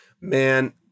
Man